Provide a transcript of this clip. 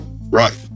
Right